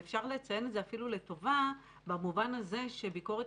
ואפשר לציין את זה אפילו לטובה במובן הזה שביקורת